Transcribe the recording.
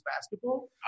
basketball